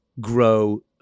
grow